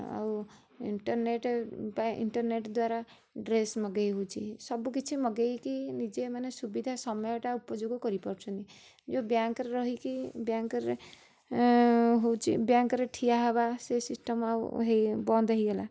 ଆଉ ଇଣ୍ଟରନେଟ୍ ବା ଇଣ୍ଟରନେଟ୍ ଦ୍ବାରା ଡ୍ରେସ୍ ମଗାଇ ହଉଛି ସବୁ କିଛି ମଗାଇକି ନିଜେ ମାନେ ସୁବିଧା ସମୟଟା ଉପୋଯୋଗ କରିପାରୁଛନ୍ତି ଯେଉଁ ବ୍ୟାଙ୍କ୍ ରେ ରହିକି ବ୍ୟାଙ୍କ୍ ରେ ହଉଛି ବ୍ୟାଙ୍କ୍ ରେ ଠିଆ ହେବା ସେ ସିଷ୍ଟମ୍ ଆଉ ହେଇ ବନ୍ଦ ହେଇଗଲା